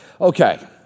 Okay